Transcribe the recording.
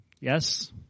Yes